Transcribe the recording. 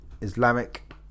Islamic